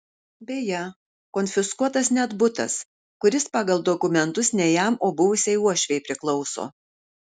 beje konfiskuotas net butas kuris pagal dokumentus ne jam o buvusiai uošvei priklauso